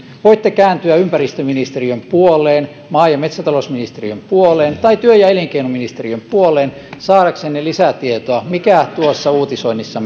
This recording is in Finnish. voitte kääntyä ympäristöministeriön puoleen maa ja metsätalousministeriön puoleen tai työ ja elinkeinoministeriön puoleen saadaksenne lisätietoa siitä mikä tuossa uutisoinnissa